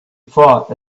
fought